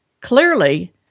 Clearly